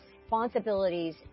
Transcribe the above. responsibilities